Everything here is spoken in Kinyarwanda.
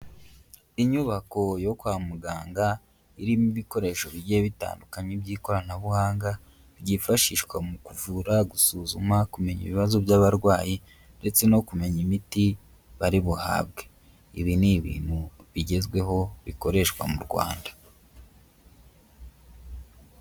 Inyubako yo kwa muganga irimo ibikoresho bigiye bitandukanye by'ikoranabuhanga byifashishwa mu kuvura, gusuzuma, kumenya ibibazo by'abarwayi, ndetse no kumenya imiti bari buhabwe. Ibi ni ibintu bigezweho bikoreshwa mu Rwanda.